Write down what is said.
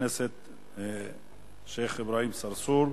חבר הכנסת שיח' אברהים צרצור.